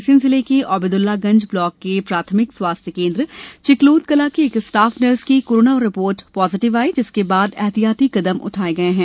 रायसेन जिले के ओबेद्ल्लागंज ब्लाक के प्राथमिक स्वास्थ्य केन्द्र चिकलोद कला की एक स्टाफ नर्स की कोरोना रिपोर्ट पॉजिटिव आयी जिसके बाद एहतियाती कदम उठाए गए हैं